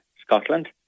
Scotland